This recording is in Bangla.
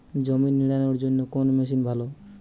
জমি নিড়ানোর জন্য কোন মেশিন ভালো?